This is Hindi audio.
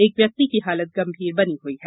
एक व्यक्ति की हालत गंभीर बनी हई है